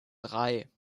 drei